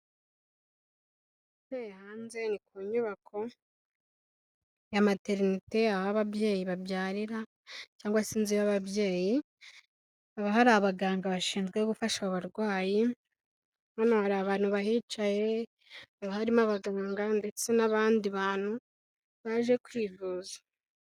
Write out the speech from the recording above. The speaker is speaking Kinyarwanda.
Caye hanze ni ku nyubako, ya materinete aho ababyeyi babyarira cyangwa se inzu y'ababyeyi, haba hari abaganga bashinzwe gufasha abarwayi, hano hari abantu bahicaye haba harimo abaganga ndetse n'abandi bantu baje kwivuza.